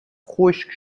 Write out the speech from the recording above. خشک